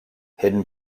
hidden